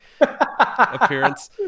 appearance